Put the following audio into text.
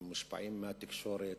הם מושפעים מהתקשורת,